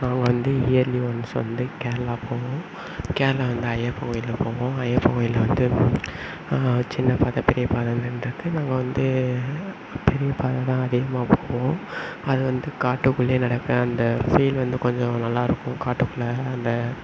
நாங்கள் வந்து yearly once வந்து கேரளா போவோம் கேரளா வந்து ஐயப்பன் கோயிலுக்கு போவோம் ஐயப்பன் கோயிலில் வந்து சின்ன பாதை பெரிய பாதைனு ரெண்டு இருக்குது நாங்கள் வந்து பெரிய பாதைதான் அதிகமாக போவோம் அது வந்து காட்டுக்குள்ளேயே நடக்கிற அந்த ஃபீல் வந்து கொஞ்சம் நல்லாயிருக்கும் காட்டுக்குள்ளாற அந்த